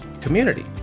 community